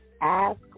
ask